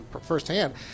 firsthand